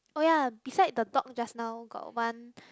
oh ya beside the dog just now got one